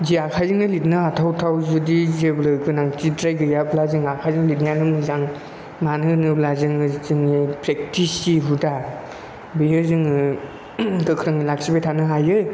जे आखायजोंनो लिरनो हाथावथाव जुदि जेबो गोनांथिद्राय गैयाब्ला जों आखायजों लिरनायानो मोजां मानो होनोब्ला जोङो जोंनि प्रेक्टिस जि हुदा बियो जोङो गोख्रोङै लाखिबाय थानो हायो